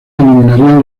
eliminan